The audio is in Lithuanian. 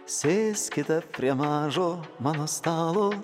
sėskite prie mažo mano stalo